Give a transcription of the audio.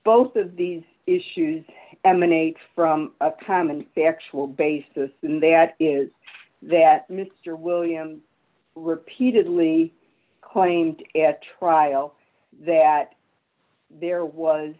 both of these issues emanate from a common factual basis and that is that mr williams repeatedly claimed at trial that there was